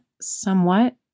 somewhat